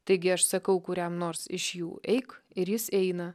taigi aš sakau kuriam nors iš jų eik ir jis eina